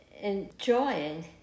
enjoying